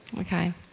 Okay